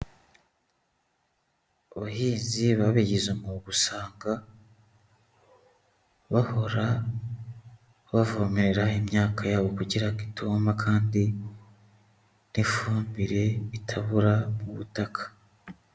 Abahinzi babigize umwuga usanga bahora bavomerera imyaka yabo kugira ngo ituma kandi n'ifumbire itabura mu butaka.